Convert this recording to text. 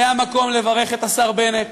זה המקום לברך את השר בנט,